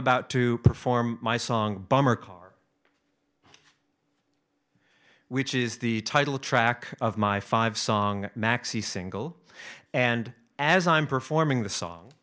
about to perform my song bummer car which is the title track of my five song maxi single and as i'm performing the song